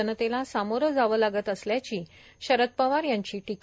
जनतेला सामोरं जावं लागत असल्याची शरद पवारांची टीका